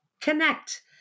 connect